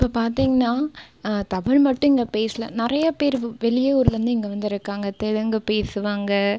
இப்போ பார்த்தீங்கனா தமிழ் மட்டும் இங்கே பேசுலை நிறைய பேர் வெளியூர்லருந்து இங்கே வந்திருக்காங்க தெலுங்கு பேசுவாங்க